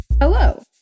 hello